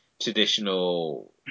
traditional